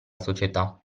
società